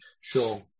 Sure